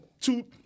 two